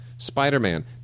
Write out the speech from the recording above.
Spider-Man